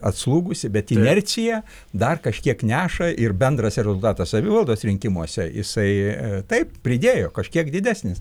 atslūgusi bet inercija dar kažkiek neša ir bendras rezultatas savivaldos rinkimuose jisai taip pridėjo kažkiek didesnis